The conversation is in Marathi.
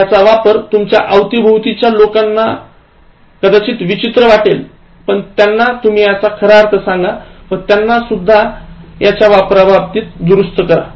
याचा वापर तुमच्या अवती भवतीच्या लोकांना कदाचित विचित्र वाटेल पण त्यांना तुम्ही याचा खरा अर्थ सांगा व त्यांना सुद्धा याच्या वापराबाबतीत दुरुस्त करा